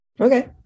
Okay